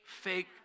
Fake